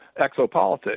exopolitics